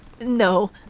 No